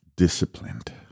Disciplined